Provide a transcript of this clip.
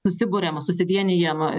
susiburiama susivienijama